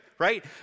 Right